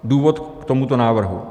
Důvod k tomuto návrhu.